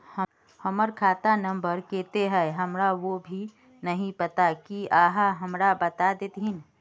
हमर खाता नम्बर केते है हमरा वो भी नहीं पता की आहाँ हमरा बता देतहिन?